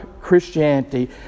Christianity